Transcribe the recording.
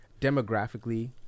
demographically